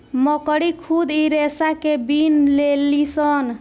मकड़ी खुद इ रेसा के बिन लेलीसन